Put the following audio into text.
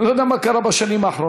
אני לא יודע מה קרה בשנים האחרונות,